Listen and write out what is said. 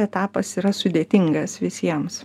etapas yra sudėtingas visiems